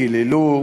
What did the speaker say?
קיללו,